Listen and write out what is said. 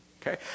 okay